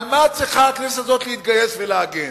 על מה צריכה הכנסת הזאת להתגייס ולהגן?